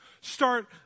start